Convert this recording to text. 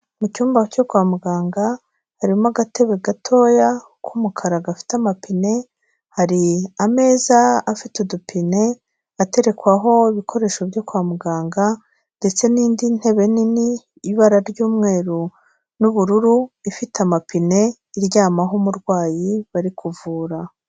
Mu cyumba cyo kwa muganga, harimo agatebe gatoya k'umukara gafite amapine, hari ameza afite udupine aterekwaho ibikoresho byo kwa muganga ndetse n'indi ntebe nini y'ibara ry'umweru n'ubururu, ifite amapine, iryamaho umurwayi bari kuvura.